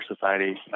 society